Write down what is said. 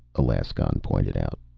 alaskon pointed out.